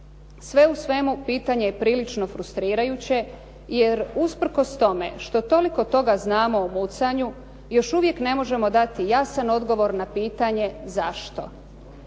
Sve u svemu pitanje je prilično frustrirajuće, jer usprkos tome što toliko toga znamo o mucanju još uvijek ne možemo dati jasan odgovor na pitanje zašto.